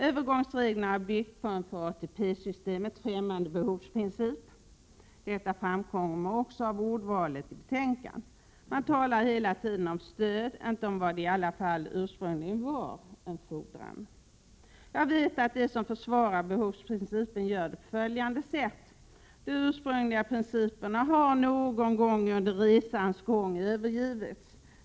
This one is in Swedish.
Övergångsreglerna har byggt på en för ATP-systemet främmande behovsprincip. Detta framkommer också av ordvalet i betänkandet. Man talar hela tiden om stöd, inte om vad det i alla fall ursprungligen var: en fordran. Jag vet att de som försvarar behovsprincipen gör det på följande sätt: De ursprungliga principerna har någon gång under resans lopp övergivits.